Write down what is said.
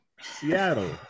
Seattle